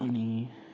अनि